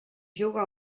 juga